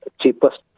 cheapest